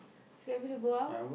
so you want me to go out